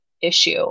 issue